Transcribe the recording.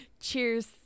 cheers